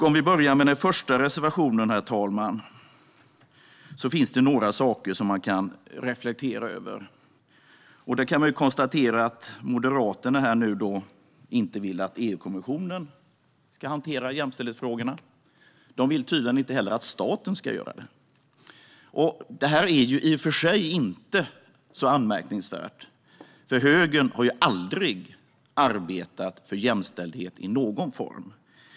Om vi börjar med den första reservationen finns det några saker man kan reflektera över. Man kan konstatera att Moderaterna inte vill att EU-kommissionen ska hantera jämställdhetsfrågorna. De vill tydligen inte heller att staten ska göra det. Det är i och för sig inte så anmärkningsvärt, för högern har aldrig arbetat för jämställdhet i någon form.